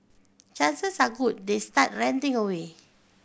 chances are good they start ranting away